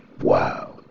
Wow